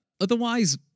otherwise